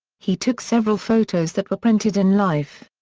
he took several photos that were printed in life.